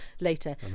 later